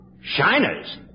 Shiners